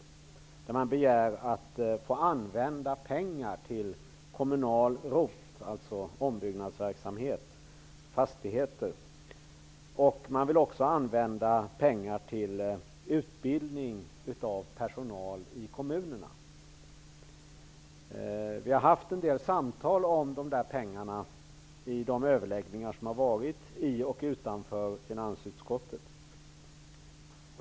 Brevet innehåller en begäran om att få använda pengar till kommunal ROT, dvs. ombyggnad av fastigheter. Man vill också använda pengar till utbildning av personal i kommunerna. Det har förts en del samtal om dessa pengar vid de överläggningar som har ägt rum i och utanför finansutskottet.